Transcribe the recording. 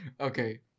Okay